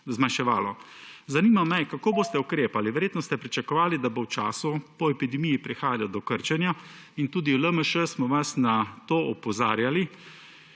signali, da se bo zmanjševalo. Verjetno ste pričakovali, da bo v času po epidemiji prihajalo do krčenja in tudi v LMŠ smo vas na to opozarjali.